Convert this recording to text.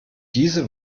diese